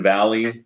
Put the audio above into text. Valley